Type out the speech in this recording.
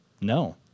No